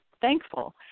thankful